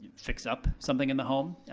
fix up something in the home,